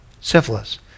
syphilis